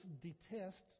detest